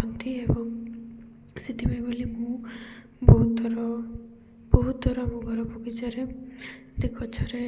ରଖନ୍ତି ଏବଂ ସେଥିପାଇଁ ବୋଇଲେ ମୁଁ ବହୁତ ଥର ବହୁତ ଥର ମୁଁ ଘର ବଗିଚାରେ କେତେ ଗଛ ରେ